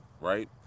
right